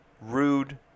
rude